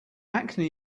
acne